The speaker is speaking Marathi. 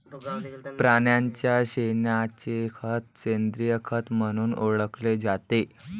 प्राण्यांच्या शेणाचे खत सेंद्रिय खत म्हणून ओळखले जाते